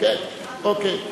אוקיי.